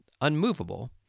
unmovable